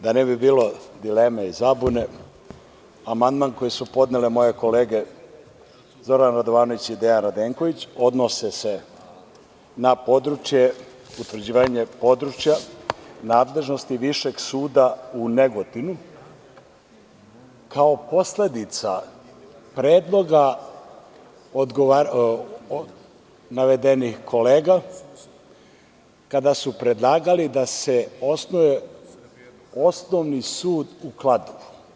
Da ne bi bilo dileme i zabune, amandman koji su podnele moje kolege Zoran Radovanović i Dejan Radenković odnose se na područje, utvrđivanje područja nadležnosti Višeg suda u Negotinu kao posledica predloga navedenih kolega, kada su predlagali da se osnuje Osnovni sud u Kladovu.